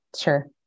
Sure